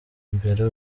imbere